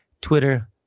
Twitter